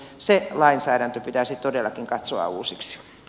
se lainsäädäntö pitäisi todellakin katsoa uusiksi